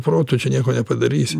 protu čia nieko nepadarysi